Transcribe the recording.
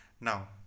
Now